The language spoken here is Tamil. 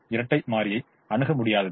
இரட்டை மாறியை அணுக முடியாதது